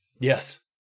Yes